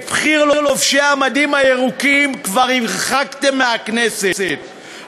את בכיר לובשי המדים הירוקים כבר הרחקתם מהכנסת,